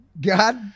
god